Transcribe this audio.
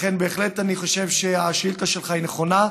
לכן בהחלט אני חושב שהשאילתה שלך היא במקומה,